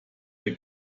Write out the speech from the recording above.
wir